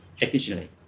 efficiently